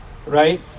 Right